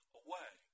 away